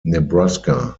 nebraska